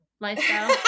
lifestyle